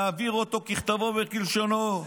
להעביר אותו ככתבו וכלשונו.